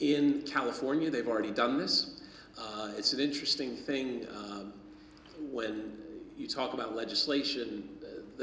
in california they've already done this it's an interesting thing when you talk about legislation the